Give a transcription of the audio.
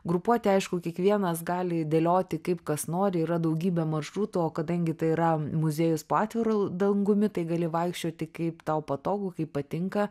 grupuoti aišku kiekvienas gali dėlioti kaip kas nori yra daugybė maršrutų o kadangi tai yra muziejus po atviru dangumi tai gali vaikščioti kaip tau patogu kaip patinka